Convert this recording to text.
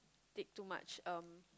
dig too much um